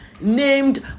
named